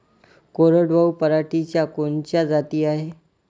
कोरडवाहू पराटीच्या कोनच्या जाती हाये?